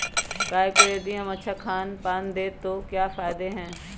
गाय को यदि हम अच्छा खानपान दें तो क्या फायदे हैं?